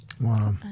Wow